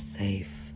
safe